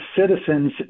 citizens